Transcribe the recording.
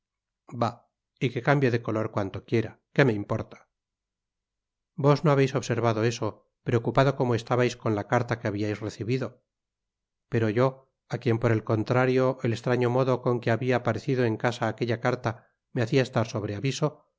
bah y que cambie de color cuanto quiera que me importa vos no habeis observado eso preocupado como estabais con la carta que habiais recibido pero yo á quien por el contrario el estraso modo con que habia parecido en casa aquella carta me hacia estar sobre aviso